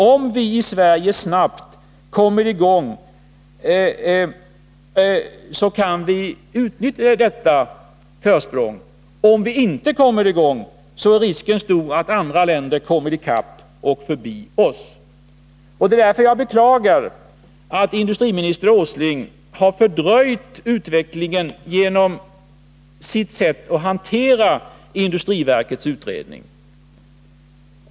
Om vi i Sverige snabbt kommer i gång med verksamheten, kan vi utnyttja detta försprång. Om vi inte kommer i gång med verksamheten är risken stor att andra länder kommer i kapp med oss och går förbi oss. Det är därför som jag beklagar att industriminister Åsling har fördröjt utvecklingen genom sitt sätt att hantera industriverkets utredning.